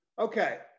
Okay